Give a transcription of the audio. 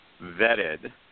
vetted